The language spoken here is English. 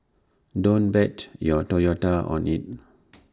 don't bet your Toyota on IT